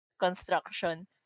Construction